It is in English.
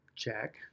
Check